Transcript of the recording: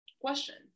questions